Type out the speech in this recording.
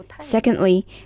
Secondly